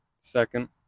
second